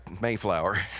Mayflower